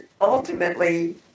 ultimately